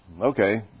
Okay